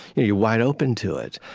you're wide open to it.